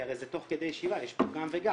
כי הרי זה תוך כדי ישיבה, יש פה גם וגם.